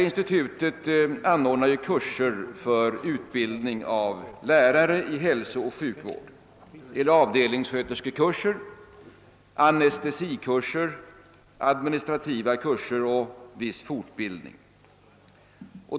Institutet anordnar kurser för utbildning av lärare i hälsooch sjukvård, avdelningssköterskekurser, anestesikurser, administrativa kurser och viss fortbildning.